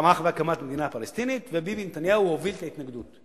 תמך בהקמת מדינה פלסטינית וביבי נתניהו הוביל את ההתנגדות.